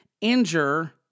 injure